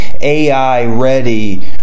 AI-ready